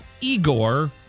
Igor